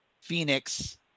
Phoenix